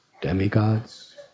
demigods